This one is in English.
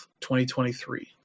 2023